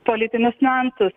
politinius niuansus